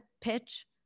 pitch